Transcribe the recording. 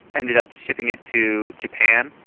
ended up shipping it to japan,